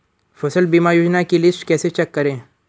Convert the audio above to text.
फसल बीमा योजना की लिस्ट कैसे चेक करें?